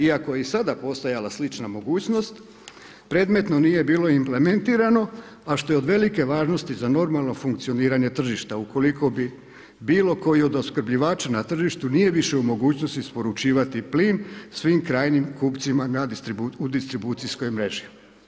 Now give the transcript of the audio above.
Iako je i sada postojala slična mogućnost, predmetom nije bilo implementirano, a što je za velike važnosti za normalno funkcioniranje tržišta, ukoliko bi bilo koji od opskrbljivača na tržištu nije više mogućnosti isporučivati plin svim krajnjim kupcima u distribucijskoj mreži.